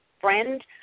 friend